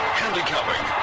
handicapping